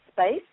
space